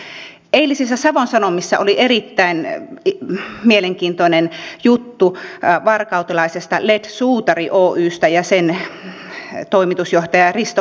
eilisessä savon sanomissa oli erittäin mielenkiintoinen juttu varkautelaisesta led suutari oystä ja sen toimitusjohtajasta risto koposesta